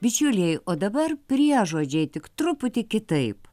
bičiuliai o dabar priežodžiai tik truputį kitaip